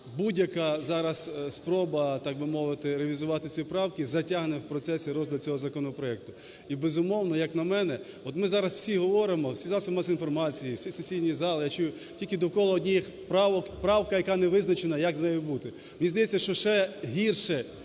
будь-яка зараз спроба, так би мовити, організувати ці правки, затягне в процесі розгляд цього законопроекту. І, безумовно, як на мене, от ми зараз всі говоримо, всі засоби масової інформації, в цій сесійній залі я чую тільки довкола одних правок, правка, яка не визначена, як з нею бути. Мені здається, що ще гірше